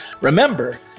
remember